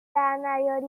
درنیاری